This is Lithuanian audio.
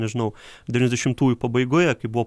nežinau devyniasdešimtųjų pabaigoje kai buvo